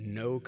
no